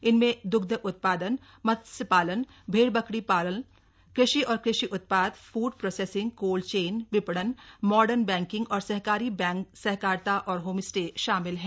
इनमें द्ग्ध उत्पादन मत्स्य पालन भेड़ बकरी पालन कृषि और कृषि उत्पाद फूड प्रोसेसिंग कोल्ड चेन विपणन मॉडर्न बैंकिंग और सहकारी बैंक सहकारिता और होम स्टे शामिल है